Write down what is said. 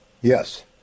Yes